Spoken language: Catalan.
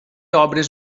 obres